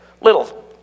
little